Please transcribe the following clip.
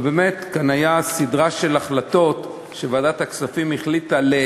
אבל באמת כאן הייתה סדרה של החלטות של ועדת הכספים להיטיב,